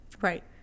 Right